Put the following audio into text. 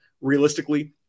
realistically